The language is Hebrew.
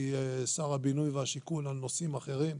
שר הבינוי והשיכון על נושאים אחרים,